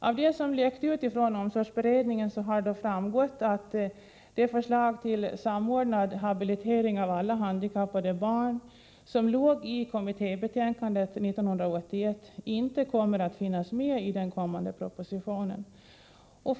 Av det som läckt ut ifrån omsorgsberedningen har framgått att det förslag till samordnad habilitering av alla handikappade barn som förelåg i kommittébetänkandet 1981 inte kommer att finnas med i den proposition som skall läggas fram.